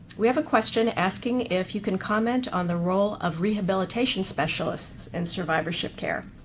we have a question asking if you can comment on the role of rehabilitation specialists in survivorship care.